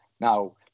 Now